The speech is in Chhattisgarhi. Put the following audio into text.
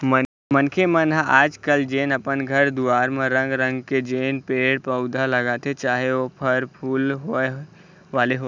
मनखे मन ह आज कल जेन अपन घर दुवार म रंग रंग के जेन पेड़ पउधा लगाथे चाहे ओ फर फूल वाले होवय